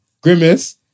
Grimace